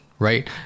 right